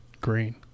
Green